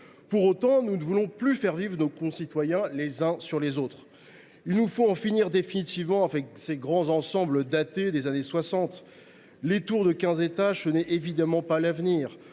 Pour autant, nous ne voulons plus faire vivre nos concitoyens les uns sur les autres. Il nous faut en finir définitivement avec ces grands ensembles datés des années 1960 : les tours de quinze étages ne sont évidemment pas l’avenir.